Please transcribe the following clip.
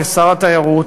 כשר התיירות,